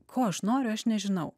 ko aš noriu aš nežinau